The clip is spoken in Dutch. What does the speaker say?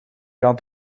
kan